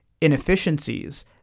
inefficiencies